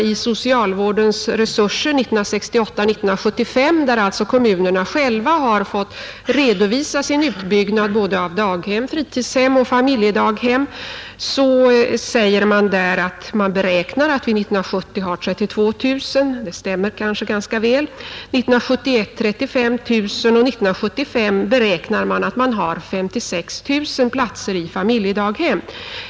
I Socialvårdens resurser 1968-1975, där kommunerna själva har fått redovisa sin utbyggnad av både daghem, fritidshem och familjedaghem, säger man att man beräknar att vi 1970 har 32 000 — det stämmer kanske ganska väl — att vi 1971 har 35 000 och att vi 1975 har 56 000 platser i familjedaghemmen.